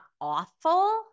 awful